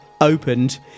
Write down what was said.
opened